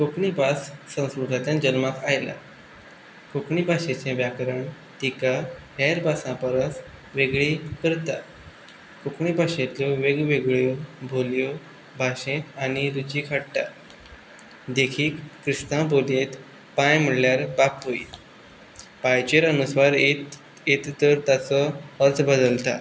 कोंकणी भास संस्कृतांतल्यान जल्माक आयल्या कोंकणी भाशेचें व्याकरण तिका हेर भासां परस वेगळी करता कोंकणी भाशेतल्यो वेग वेगळ्यो बोलयो भाशेंत आनी रुची हाडटा देखीक क्रिस्तांव बोलयेंत पाय म्हणल्यार बापूय पायचेर अनुस्वार येत येत तर ताचो अर्थ बदलता